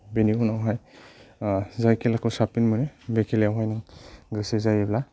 बेनि उनावहाय जाय खेलाखौ साबसिन मोनो बे खेलायावहाय नों गोसो जायोब्ला